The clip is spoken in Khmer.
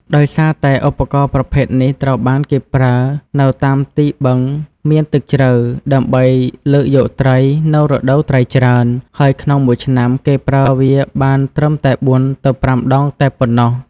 ដោយសារតែ ឧបករណ៍ប្រភេទនេះត្រូវបានគេប្រើនៅតាមទីបឹងមានទឹកជ្រៅ ដើម្បីលើកយកត្រី នៅរដូវត្រីច្រើន ហើយក្នុងមួយឆ្នាំគេប្រើវាបានត្រឺមតែ៤ ទៅ៥ដងតែប៉ុណ្ណោះ។